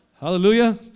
Hallelujah